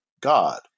God